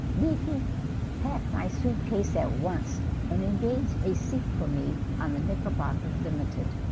me pack my suitcase at once and engaged a seat for me on the knickerbocker limited